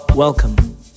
Welcome